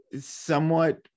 somewhat